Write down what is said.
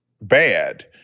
Bad